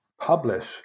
publish